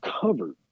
covered